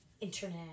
internet